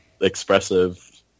expressive